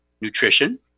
nutrition